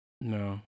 No